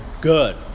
good